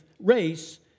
race